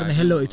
hello